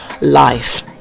life